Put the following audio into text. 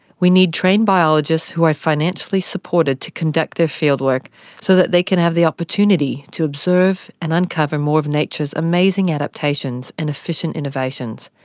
we need trained biologists who are financially supported to conduct their fieldwork so that they can have the opportunity to observe and uncover more of nature's amazing adaptations and efficient innovations,